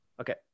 Okay